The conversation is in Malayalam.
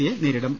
സിയെ നേരിടും